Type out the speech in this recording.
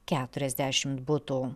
keturiasdešim butų